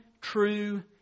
true